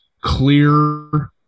clear